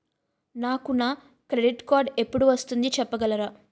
నాకు నా credit card ఎపుడు వస్తుంది చెప్పగలరా?